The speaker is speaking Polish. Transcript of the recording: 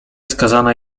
skazana